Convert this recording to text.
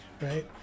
right